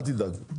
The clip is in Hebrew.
אל תדאג.